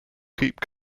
keep